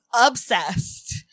obsessed